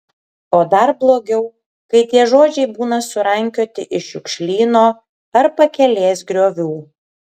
o dar blogiau kai tie žodžiai būna surankioti iš šiukšlyno ar pakelės griovių